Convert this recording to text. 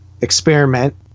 experiment